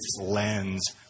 lens